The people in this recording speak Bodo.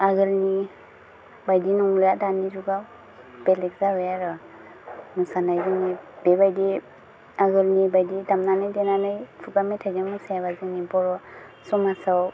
आगोलनि बायदि नंला दानि जुगाव बेलेक जाबाय आरो मोसानाय जोंनि बेबायदि आगोलनि बायदि दामनानै देनानै खुगा मेथाइजों मोसायाबा जोंनि बर' समाजआव